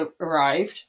arrived